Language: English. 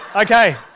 Okay